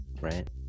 right